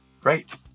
great